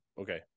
okay